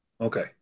okay